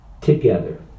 together